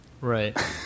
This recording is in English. Right